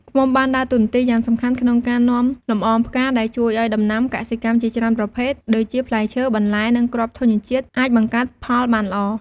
ឃ្មុំ បានដើរតួនាទីយ៉ាងសំខាន់ក្នុងការនាំលម្អងផ្កា ដែលជួយឲ្យដំណាំកសិកម្មជាច្រើនប្រភេទ ដូចជាផ្លែឈើ បន្លែ និងគ្រាប់ធញ្ញជាតិ អាចបង្កើតផលបានល្អ។